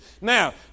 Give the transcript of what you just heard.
Now